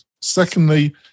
Secondly